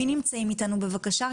מי נמצאים איתנו מהמשרדים הממשלתיים.